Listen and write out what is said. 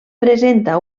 presenta